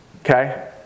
Okay